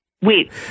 Wait